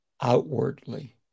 outwardly